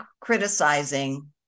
criticizing